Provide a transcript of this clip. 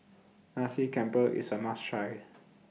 Nasi Campur IS A must Try